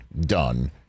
done